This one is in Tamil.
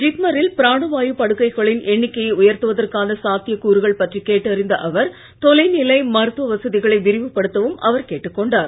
ஜிப்மரில் பிராணவாயு படுக்கைகளின் எண்ணிக்கையை உயர்த்துவதற்கான சாத்தியக் கூறுகள் பற்றி கேட்டறிந்த அவர் தொலைநிலை மருத்துவ வசதிகளை விரிவுபடுத்தவும் அவர் கேட்டுக் கொண்டார்